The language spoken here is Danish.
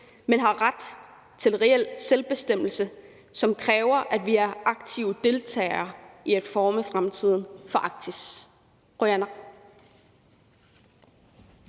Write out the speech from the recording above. men vi har ret til reel selvbestemmelse, som kræver, at vi er aktive deltagere i at forme fremtiden for Arktis.